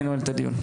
אני נועל את הדיון.